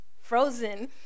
frozen